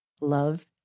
love